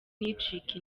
icika